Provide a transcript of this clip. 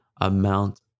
amount